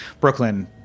Brooklyn